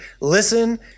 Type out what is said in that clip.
Listen